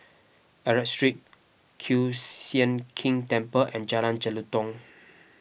Arab Street Kiew Sian King Temple and Jalan Jelutong